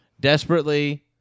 desperately